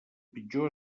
pitjor